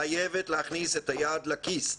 חייבת להכניס את היד לכיס.